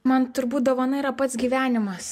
man turbūt dovana yra pats gyvenimas